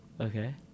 Okay